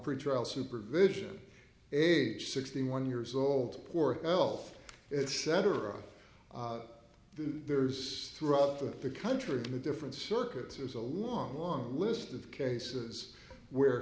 pretrial supervision age sixty one years old poor health is cetera there's throughout the country in the different circuits is a long long list of cases where